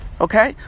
okay